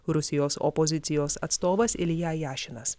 rusijos opozicijos atstovas ilja jašinas